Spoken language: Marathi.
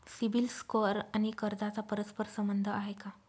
सिबिल स्कोअर आणि कर्जाचा परस्पर संबंध आहे का?